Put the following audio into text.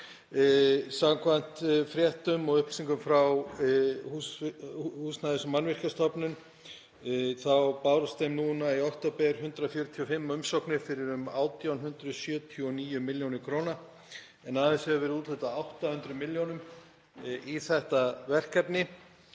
Samkvæmt fréttum og upplýsingum frá Húsnæðis- og mannvirkjastofnun þá bárust þeim núna í október 145 umsóknir fyrir um 1.879 millj. kr. en aðeins hefur verið úthlutað 800 millj. kr. í þetta verkefni.